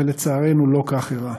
אבל לצערנו לא כך אירע.